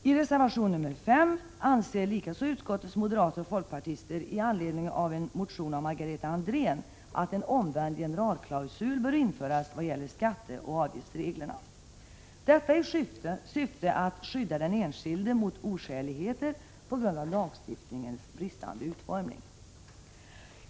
I reservation nr 5 anser likaså utskottets moderater och folkpartister — i anledning av en motion av Margareta Andrén — att en omvänd generalklausul bör införas vad gäller skatteoch avgiftsreglerna, detta i syfte att skydda den enskilde mot oskäligheter på grund av lagstiftningens bristande utformning.